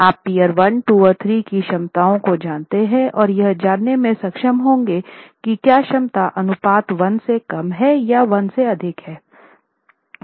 आप पीअर 1 2 और 3 की क्षमताओं को जानते हैं और यह जांचने में सक्षम होंगे कि क्या क्षमता अनुपात 1 से कम है या 1 से अधिक है